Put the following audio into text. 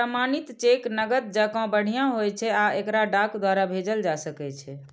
प्रमाणित चेक नकद जकां बढ़िया होइ छै आ एकरा डाक द्वारा भेजल जा सकै छै